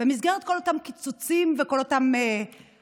במסגרת כל אותם קיצוצים וכל אותם רעיונות.